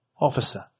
officer